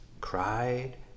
cried